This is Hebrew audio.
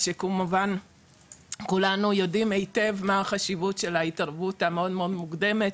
שכמובן כולנו יודעים היטב מה החשיבות של ההתערבות המאוד מוקדמת.